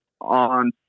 On